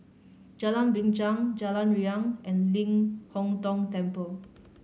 Jalan Binchang Jalan Riang and Ling Hong Tong Temple